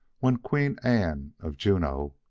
when queen anne, of juneau,